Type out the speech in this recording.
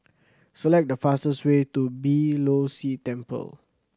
select the fastest way to Beeh Low See Temple